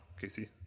Casey